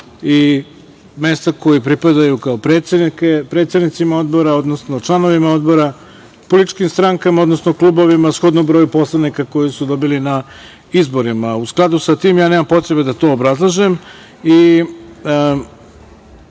i mesta koje pripadaju predsednicima odbora, odnosno članovima odbora, političkim strankama, odnosno klubovima, shodno broju poslanika koji su dobili na izborima.U skladu sa tim nema potrebe da to obrazlažem